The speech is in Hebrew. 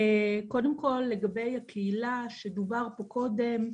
לגבי הקהילה עליה דובר קודם,